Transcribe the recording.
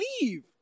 leave